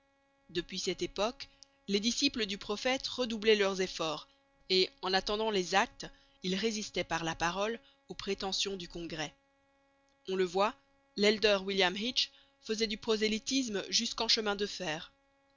depuis cette époque les disciples du prophète redoublaient leurs efforts et en attendant les actes ils résistaient par la parole aux prétentions du congrès on le voit l'elder william hitch faisait du prosélytisme jusqu'en chemin de fer